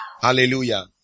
hallelujah